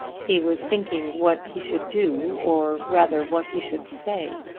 he was thinking what he should do or rather what he should say.